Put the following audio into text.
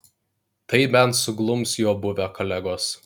tai bent suglums jo buvę kolegos